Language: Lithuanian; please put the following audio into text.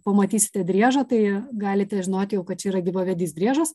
pamatysite driežą tai galite žinot jau kad čia yra gyvavedys driežas